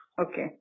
Okay